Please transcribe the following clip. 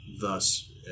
thus